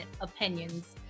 opinions